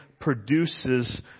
produces